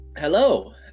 Hello